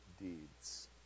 deeds